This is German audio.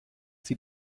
sie